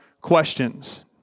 questions